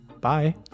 Bye